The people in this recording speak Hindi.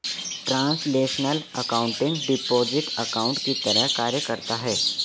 ट्रांसलेशनल एकाउंटिंग डिपॉजिट अकाउंट की तरह कार्य करता है